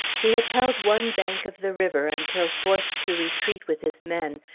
he had held one bank of the river until forced to retreat with his men,